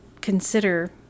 consider